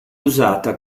usata